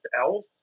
else